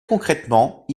concrètement